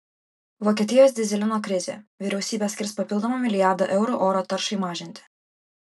vokietijos dyzelino krizė vyriausybė skirs papildomą milijardą eurų oro taršai mažinti